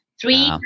three